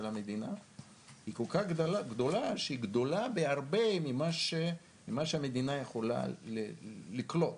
המדינה היא כל כך גדולה שהיא גדולה בהרבה ממה שהמדינה יכולה לקלוט.